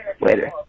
Later